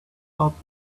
thought